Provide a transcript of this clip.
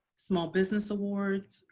small business awards,